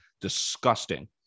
Disgusting